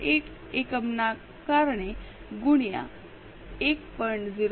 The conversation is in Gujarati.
1 એકમના કારણે ગુણ્યા 1